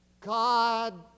God